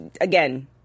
again